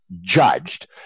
Judged